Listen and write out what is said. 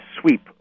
sweep